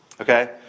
Okay